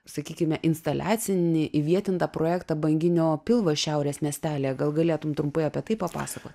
sakykime instaliacinį įvietintą projektą banginio pilvą šiaurės miestelyje gal galėtum trumpai apie tai papasakot